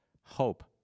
hope